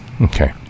okay